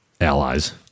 allies